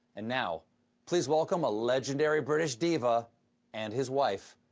and now please welcome a legendary british diva and his wife,